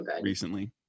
recently